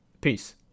Peace